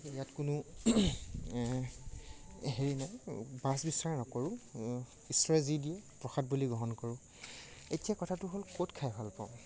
ইয়াত কোনো হেৰি নাই বাচ বিচাৰ নকৰোঁ ঈশ্বৰে যি দিয়ে প্ৰসাদ বুলি গ্ৰহণ কৰোঁ এতিয়া কথাটো হ'ল ক'ত খাই ভাল পাওঁ